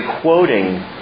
quoting